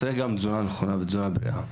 צריך גם תזונה נכונה ותזונה בריאה.